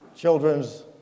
Children's